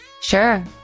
Sure